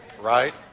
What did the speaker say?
right